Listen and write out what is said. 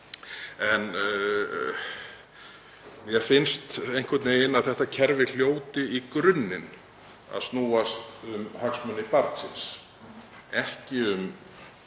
Mér finnst einhvern veginn að þetta kerfi hljóti í grunninn að snúast um hagsmuni barnsins, ekki um